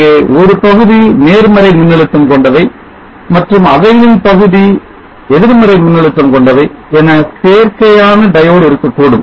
அங்கே ஒரு பகுதி நேர்மறை மின்னழுத்தம் கொண்டவை மற்றும் அவைகளின்பகுதி எதிர்மறை மின்னழுத்தம் கொண்டவை என சேர்க்கையான diode இருக்கக்கூடும்